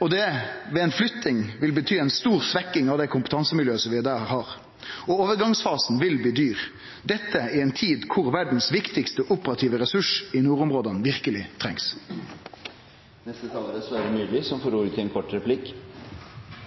og ei flytting vil bety ei stor svekking av kompetansemiljøa vi har der, og overgangsfasen vil bli dyr – dette i ei tid da verdas viktigaste operative ressurs i nordområda verkeleg trengst. Sverre Myrli har hatt ordet to ganger før og får ordet til en kort